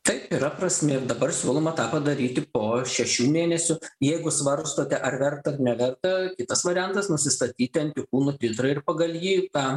taip yra prasmė ir dabar siūloma tą padaryti po šešių mėnesių jeigu svarstote ar vertaar neverta kitas variantas nusistatyti antikūnų titrą ir pagal jį tą